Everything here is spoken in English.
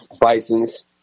Bisons